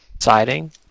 siding